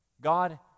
God